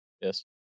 yes